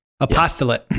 apostolate